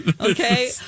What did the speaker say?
Okay